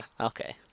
Okay